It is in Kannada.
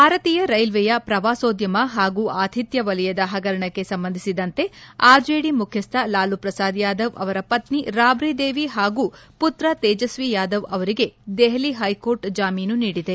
ಭಾರತೀಯ ರೈಲ್ವೆಯ ಪ್ರವಾಸೋದ್ಯಮ ಹಾಗೂ ಆತಿಥ್ಯ ವಲಯದ ಹಗರಣಕ್ಕೆ ಸಂಬಂಧಿಸಿದಂತೆ ಆರ್ಜೆಡಿ ಮುಖ್ಯಸ್ಥ ಲಾಲೂ ಪ್ರಸಾದ್ ಯಾದವ್ ಅವರ ಪತ್ನಿ ರಾಬ್ರಿ ದೇವಿ ಹಾಗೂ ಪುತ್ರ ತೇಜಸ್ವಿ ಯಾದವ್ ಅವರಿಗೆ ದೆಹಲಿ ಹೈಕೋರ್ಟ್ ಜಾಮೀನು ನೀಡಿದೆ